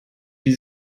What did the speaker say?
die